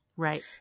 Right